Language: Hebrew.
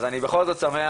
אז אני בכל זאת שמח,